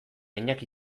iñaki